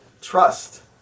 trust